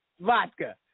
vodka